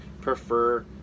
prefer